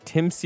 Tim